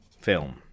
film